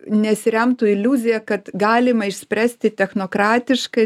nesiremtų iliuzija kad galima išspręsti technokratiškai